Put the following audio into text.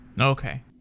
Okay